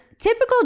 typical